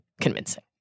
convincing